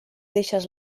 deixes